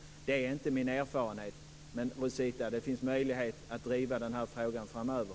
Det är inte min erfarenhet. Men det finns möjlighet att driva den här frågan framöver.